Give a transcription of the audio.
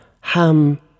Ham